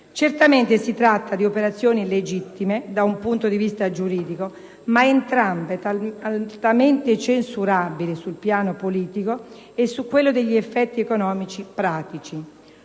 Certamente si tratta di operazioni legittime da un punto di vista giuridico, ma entrambe altamente censurabili sul piano politico e su quello degli effetti economici pratici.